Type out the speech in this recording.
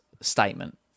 statement